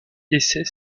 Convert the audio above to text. cesse